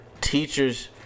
teachers